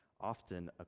often